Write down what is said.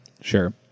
Sure